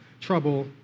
trouble